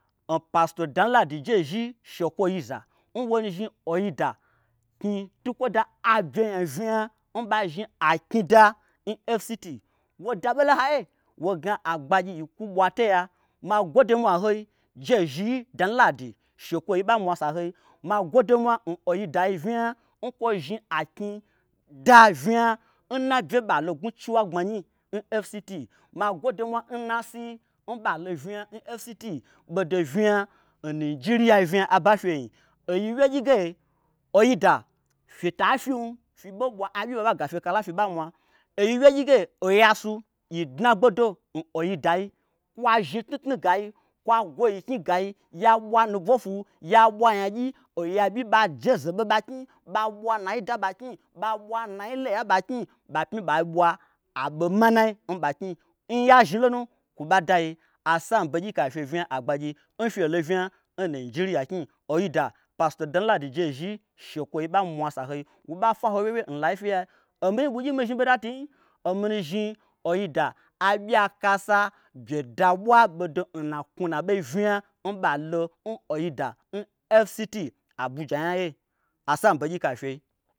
N pasto danladi jezhii shekwoyiza n wonu zhni oida knyi tukwo da abye nya vnya n bazhni aknyida n fct woi da ɓolo n haiye woi gna agbagyi yi kwu bwatoya magwode mwa n hoi jezhii danladi shekwoyi ɓa mwasa n hoi. ma gwode nmwa n oida yi vnya n kwo zhni aknyi da vnya nna bye ɓalo ngnwu chiwagbmanyi n fct. ma gwode nmwa nna asu yi n ɓalo vnya n fct ɓodo vnya n nijeriyai vnya aba nfye nyi oyi wyegyi ge oida fyeta fyim fye ɓei ɓwa aɓyi n ɓaɓei gafye kala fye ɓei mwa oyi wyegyige oya su yi dna gbedo n oida yi wa zhni tnutnu gayi. wa gwo yiknyi gayi ya ɓwa nu ɓwofwu ya ɓwa nyagyi oyaɓyi ɓa jezeɓe ɓa knyi ɓa ɓwa naida n ɓa knyi ɓa ɓwa nai leya nɓa knyi ɓa pmi ɓai ɓwa aɓo manai n ɓaknyi. N ya zhni lonu kwo ba dayi asambegyika n fyei vnya agbagyi n fyelo vnya n nijiriya knyi oida pasto danladi jezhi shekwoyi ba mwasa n hoi wo ɓa fwa ho wyeiwyei n laifyiyai omii ɓugyi n mi zhni ɓodai tunyi ominu zhni oida aɓyiakasa byeda ɓwa ɓodo n naknwunu'aɓei vnya n ɓalo n oida n fct abuja nya ye asambegyika n fyei